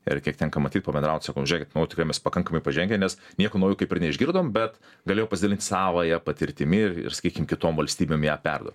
ir kiek tenka matyt pabendrauti sakau nu žiūrėkit nu tikrai mes pakankamai pažengę nes nieko naujo kaip ir neišgirdom bet galėjau pasidalint savąją patirtimi ir ir sakykim kitom valstybėm ją perduot